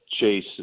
chase